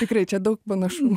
tikrai čia daug panašumų